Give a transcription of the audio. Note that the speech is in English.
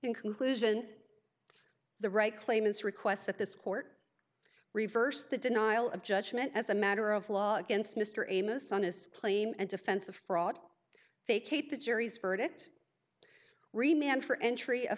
in conclusion the right claim is request that this court reversed the denial of judgment as a matter of law against mr amos on his claim and defense of fraud vacate the jury's verdict remain and for entry a